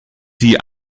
sie